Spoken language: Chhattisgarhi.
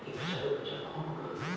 कारड ब्लॉकिंग मतलब का होथे?